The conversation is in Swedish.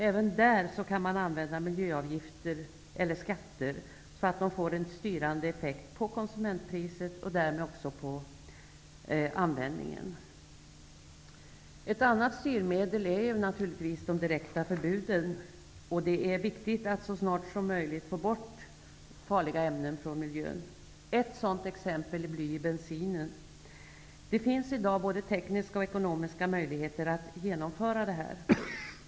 Även där kan miljöavgifter eller skatter användas så, att de får en styrande effekt på konsumentpriset och därmed också på användningen. Ett annat styrmedel är naturligtvis de direkta förbuden. Det är viktigt att så snart som möjligt få bort farliga ämnen från miljön. Ett sådant exempel är bly i bensin. Det finns i dag både tekniska och ekonomiska möjligheter att genomföra detta.